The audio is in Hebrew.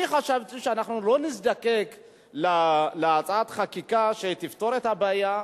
אני חשבתי שאנחנו לא נזדקק להצעת חקיקה שתפתור את הבעיה.